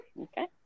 Okay